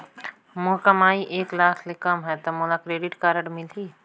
मोर कमाई एक लाख ले कम है ता मोला क्रेडिट कारड मिल ही?